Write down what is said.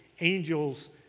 angels